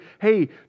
hey